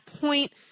point